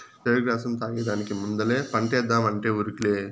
చెరుకు రసం తాగేదానికి ముందలే పంటేద్దామంటే ఉరుకులే